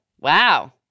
Wow